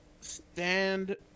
stand